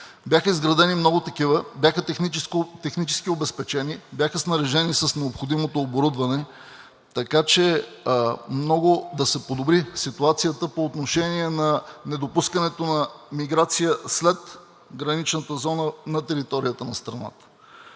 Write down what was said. Бяха изградени много такива, бяха технически обезпечени, бяха снаряжени с необходимо оборудване, така че много да се подобри ситуацията по отношение на недопускането на миграция след граничната зона на територията на страната.